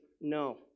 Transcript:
no